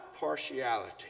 Partiality